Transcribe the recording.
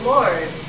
Lord